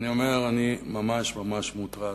אני אומר שאני ממש ממש מוטרד.